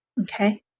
okay